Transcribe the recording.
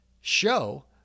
show